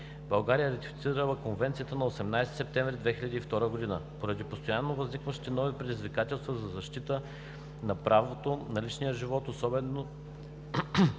България е ратифицирала Конвенцията на 18 септември 2002 г. Поради постоянно възникващите нови предизвикателства за защитата на правото на личен живот, особено